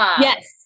yes